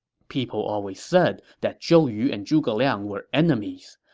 people always said that zhou yu and zhuge liang were enemies,